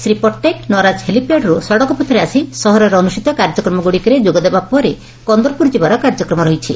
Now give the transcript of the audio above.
ଶ୍ରୀ ପଟ୍ଟନାୟକ ନରାଜ ହେଲିପ୍ୟାଡ୍ରୁ ସଡ଼କ ପଥରେ ଆସି ସହରରେ ଅନୁଷ୍ଠିତ କାର୍ଯ୍ୟକ୍ରମ ଗୁଡ଼ିକରେ ଯୋଗଦେବାପରେ କନ୍ଦରପୁର ଯିବାର କାର୍ଯ୍ୟକ୍ରମ ରହିଛି